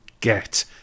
get